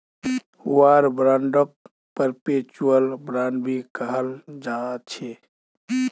war बांडक perpetual bond भी कहाल जाछे